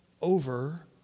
over